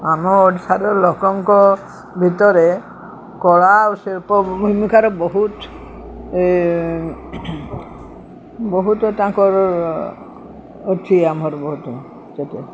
ଆମ ଓଡ଼ିଶାର ଲୋକଙ୍କ ଭିତରେ କଳା ଓ ଶିଳ୍ପ ଭୂମିକାର ବହୁତ ବହୁତ ତାଙ୍କର ଅଛି ଆମର ବହୁତ ସେତେ